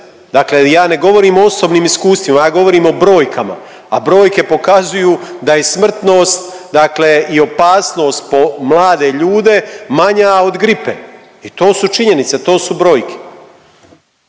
Dakle, ja ne govorim o osobnim iskustvima, ja govorim o brojkama, a brojke pokazuju da je smrtnost, dakle i opasnost po mlade ljude manja od gripe i to su činjenice, to su brojke.